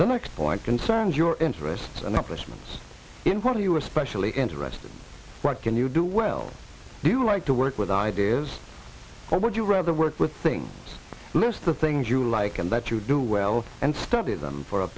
the next point concerns your interests and the placements in front of you especially interested in what can you do well do you like to work with ideas or would you rather work with thing list the things you like and that you do well and study them for a